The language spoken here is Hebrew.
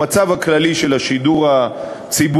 המצב הכללי של השידור הציבורי,